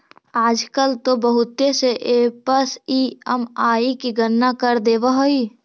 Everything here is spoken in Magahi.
आजकल तो बहुत से ऐपस ई.एम.आई की गणना कर देवअ हई